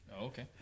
Okay